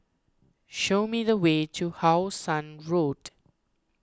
show me the way to How Sun Road